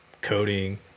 coding